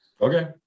Okay